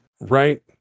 Right